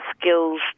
skills